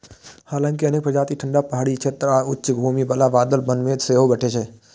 हालांकि अनेक प्रजाति ठंढा पहाड़ी क्षेत्र आ उच्च भूमि बला बादल वन मे सेहो भेटै छै